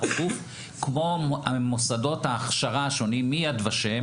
אנחנו גוף כמו מוסדות ההכשרה השונים מ-יד ושם